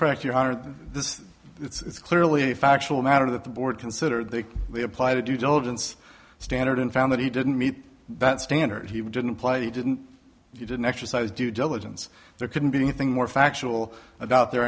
correct your honor in this it's clearly a factual matter that the board considered that they apply to do diligence standard and found that he didn't meet that standard he wouldn't play he didn't he didn't exercise due diligence there couldn't be anything more factual about their